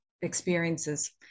experiences